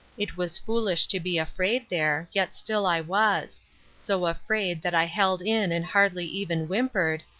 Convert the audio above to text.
it was foolish to be afraid there, yet still i was so afraid that i held in and hardly even whimpered,